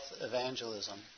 Evangelism